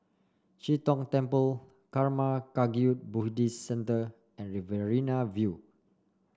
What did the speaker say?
Chee Tong Temple Karma Kagyud Buddhist Centre and Riverina View